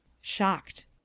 Shocked